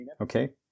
Okay